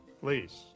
please